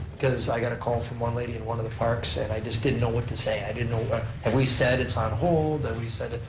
cause i got a call from one lady in one of the parks and i just didn't know what to say. i didn't know what, have we said it's on hold, have we said that,